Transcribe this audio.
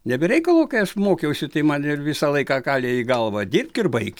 ne be reikalo kai aš mokiausi tai man ir visą laiką kalė į galvą dirbk ir baik